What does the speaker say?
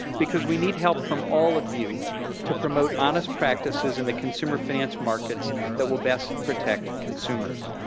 because we need help from all of you to promote honest practices in the consumer finance markets that will best protect consumers.